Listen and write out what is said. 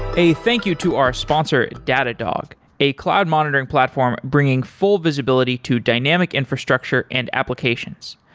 a thank you to our sponsor, datadog, a cloud monitoring platform bringing full visibility to dynamic infrastructure and applications.